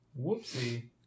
Whoopsie